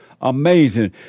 Amazing